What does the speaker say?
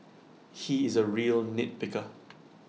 he is A real nitpicker